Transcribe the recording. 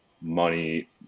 money